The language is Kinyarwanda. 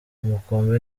ubukombe